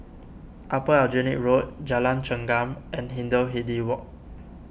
Upper Aljunied Road Jalan Chengam and Hindhede Walk